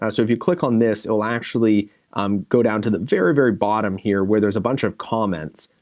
ah so if you click on this, it'll actually um go down to the very, very bottom here where there's a bunch of comments.